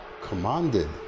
commanded